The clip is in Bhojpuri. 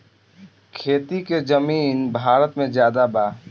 खेती के जमीन भारत मे ज्यादे बा